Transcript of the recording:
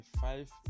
five